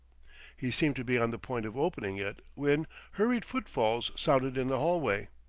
he seemed to be on the point of opening it when hurried footfalls sounded in the hallway.